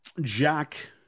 Jack